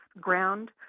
ground